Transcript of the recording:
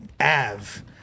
AV